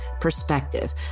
perspective